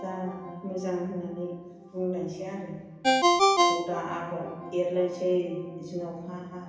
जा मोजां होननानै बुंलायनोसै आरो गदा आगर एरलायनोसै बिदिनो अखा हा